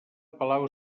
palau